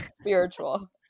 spiritual